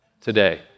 today